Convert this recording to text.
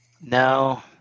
No